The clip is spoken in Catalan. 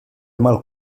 mal